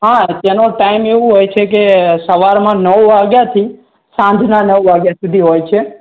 હા ત્યાંનો ટાઈમ એવું હોય છે કે સવારમાં નવ વાગ્યાથી સાંજના નવ વાગ્યા સુધી હોય છે